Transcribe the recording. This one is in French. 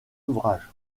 ouvrages